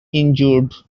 injured